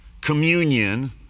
communion